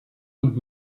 und